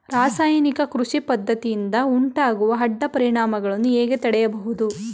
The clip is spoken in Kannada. ರಾಸಾಯನಿಕ ಕೃಷಿ ಪದ್ದತಿಯಿಂದ ಉಂಟಾಗುವ ಅಡ್ಡ ಪರಿಣಾಮಗಳನ್ನು ಹೇಗೆ ತಡೆಯಬಹುದು?